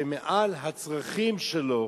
שמעל הצרכים שלו,